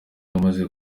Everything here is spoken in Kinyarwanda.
amaze